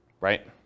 right